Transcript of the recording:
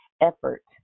effort